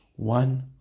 One